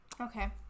okay